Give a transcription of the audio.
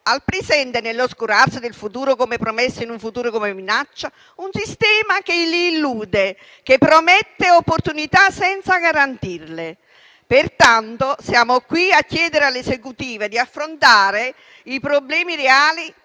al presente nell'oscurarsi del futuro come promessa in un futuro come minaccia? Un sistema che li illude, che promette opportunità senza garantirle. Pertanto, siamo qui a chiedere all'Esecutivo di affrontare i problemi reali,